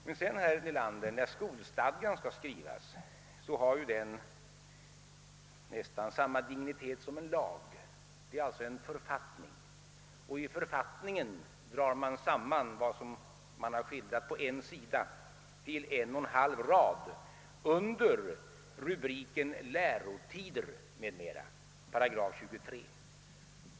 Men, herr Nelander, när skolstadgan skall skrivas måste man ta i beaktande att den har nästan samma dignitet som en lag. Den är alltså en författning, och man drar där samman vad som i läroplanen skildrats på något över en sida till en och en halv rad under rubriken »Lärotider m.m., 23 §».